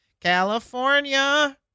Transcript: California